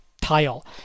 tile